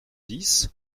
dix